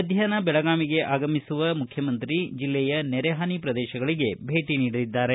ಮಧ್ಯಾಷ್ನ ಬೆಳಗಾವಿಗ ಆಗಮಿಸುವ ಮುಖ್ಯಮಂತ್ರಿ ಜಿಲ್ಲೆಯ ನೆರೆಹಾನಿ ಪ್ರದೇಶಗಳಗೆ ಭೇಟಿ ನೀಡಲಿದ್ದಾರೆ